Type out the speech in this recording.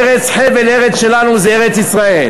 הארץ, חבל הארץ שלנו זה ארץ-ישראל.